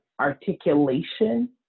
articulation